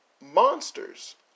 monsters